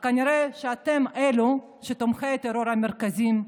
כנראה אתם אלו תומכי הטרור המרכזיים,